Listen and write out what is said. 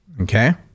Okay